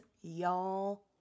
Y'all